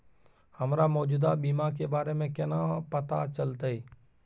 हमरा मौजूदा बीमा के बारे में केना पता चलते?